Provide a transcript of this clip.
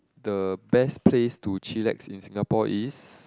the best place to chillax in Singapore is